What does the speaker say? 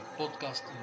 podcast